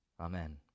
Amen